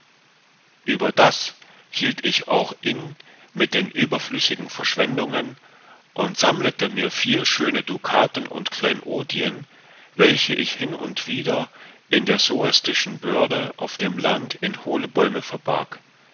hatten überdas hielt ich auch inn mit den überflüssigen verschwendungen und sammlete mir viel schöne dukaten und kleinodien welche ich hin und wieder in der soestischen börde auf dem land in hohle bäume verbarg